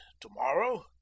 tomorrow